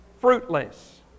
fruitless